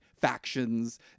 factions